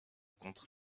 contre